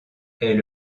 est